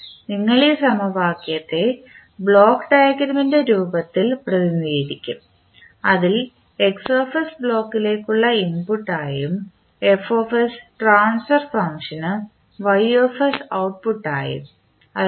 നിങ്ങൾ ഈ സമവാക്യത്തെ ബ്ലോക്ക് ഡയഗ്രാമിൻറെ രൂപത്തിൽ പ്രതിനിധീകരിക്കും അതിൽ ബ്ലോക്കിലേക്കുള്ള ഇൻപുട്ടായും ട്രാൻസ്ഫർ ഫംഗ്ഷനും ഔട്ട്പുട്ടായും അതിനാൽ